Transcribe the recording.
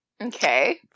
Okay